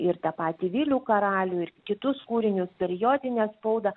ir tą patį vilių karalių ir kitus kūrinius periodinę spaudą